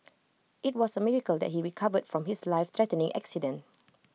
IT was A miracle that he recovered from his life threatening accident